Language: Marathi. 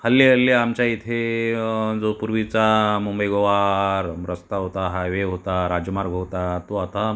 हल्ली हल्ली आमच्या इथे जो पूर्वीचा मुंबई गोवा रस्ता होता हायवे होता राजमार्ग होता तो आता